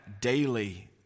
daily